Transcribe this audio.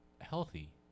healthy